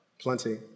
plenty